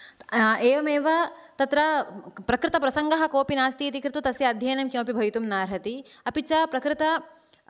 एवम् एव तत्र प्रकृतप्रसङ्गः कोऽपि नास्ति इति कृत्वा तस्य अध्ययनेन किम् अपि भवितुम् नार्हति अपि च प्रकृत